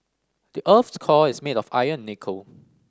the earth's core is made of iron and nickel